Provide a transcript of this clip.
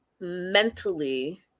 mentally